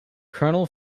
colonel